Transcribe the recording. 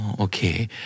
Okay